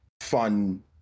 fun